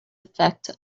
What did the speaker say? effect